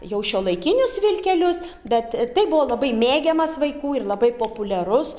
jau šiuolaikinius vilkelius bet tai buvo labai mėgiamas vaikų ir labai populiarus